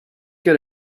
get